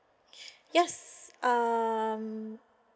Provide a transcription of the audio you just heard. yes um